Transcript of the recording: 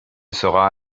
sera